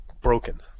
broken